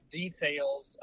details